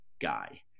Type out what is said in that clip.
guy